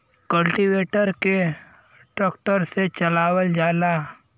cultivator के tractor से चलावल जाला